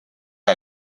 贷款